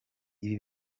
ibi